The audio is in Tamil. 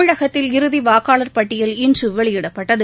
தமிழகத்தில் இறுதி வாக்காளர் பட்டியல் இன்று வெளியிடப்பட்டது